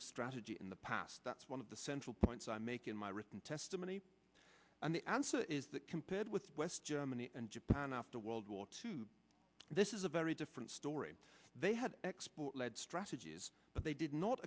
of strategy in the past that's one of the central points i make in my written testimony and the answer is that compared with west germany and japan after world war two this is a very different story they had export led strategies but they did not